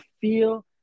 feel